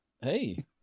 hey